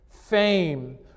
Fame